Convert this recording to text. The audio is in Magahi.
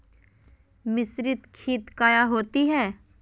मिसरीत खित काया होती है?